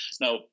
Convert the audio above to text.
now